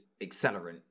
accelerant